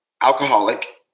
alcoholic